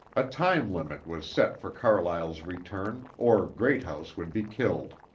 a time limit was set for carlyle's return, or greathouse would be killed.